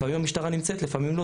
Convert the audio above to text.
לפעמים המשטרה נמצאת, לפעמים לא.